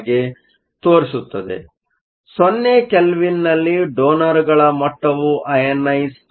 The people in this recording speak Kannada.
ಆದ್ದರಿಂದ 0 ಕೆಲ್ವಿನ್ನಲ್ಲಿ ಡೋನರ್ಗಳ ಮಟ್ಟವು ಅಯನೈಸ಼್ ಆಗಿಲ್ಲ